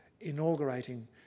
inaugurating